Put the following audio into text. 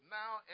now